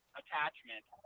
attachment